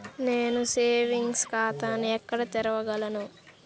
నేను సేవింగ్స్ ఖాతాను ఎక్కడ తెరవగలను?